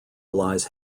relies